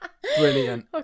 brilliant